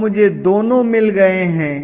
अब मुझे दोनों मिल गए हैं